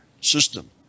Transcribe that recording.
system